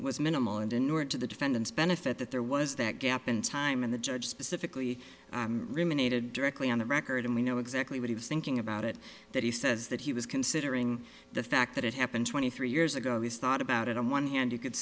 was minimal and in order to the defendants benefit that there was that gap in time and the judge specifically rim unaided directly on the record and we know exactly what he was thinking about it that he says that he was considering the fact that it happened twenty three years ago he's thought about it on one hand you could